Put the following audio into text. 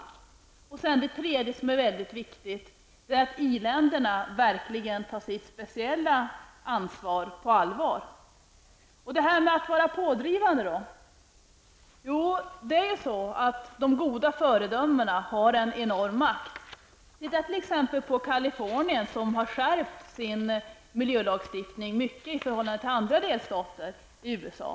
Dels -- och detta är väldigt viktigt -- bör i-länderna verkligen ta sitt speciella ansvar på allvar. Det här att vara pådrivande: de goda föredömena har enorm makt. Låt oss t.ex. se på vad som gjorts i Kalifornien. Där har man skärpt miljölagstiftningen mycket i förhållande till andra delstater i USA.